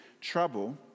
trouble